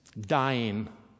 dying